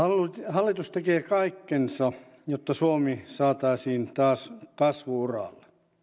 hallitus tekee kaikkensa jotta suomi saataisiin taas kasvu uralle